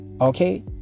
Okay